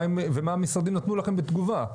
ומה המשרדים נתנו לכם בתגובה.